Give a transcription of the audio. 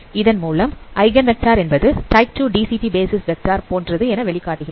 இதன் மூலம் eigen vector என்பது டைப் 2 DCT பேசிஸ் வெக்டார் போன்றது என வெளி காட்டுகிறோம்